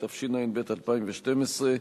התשע"ב 2012,